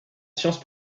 science